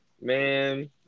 Man